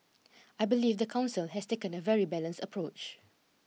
I believe the council has taken a very balanced approach